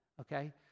okay